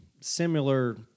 similar